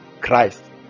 Christ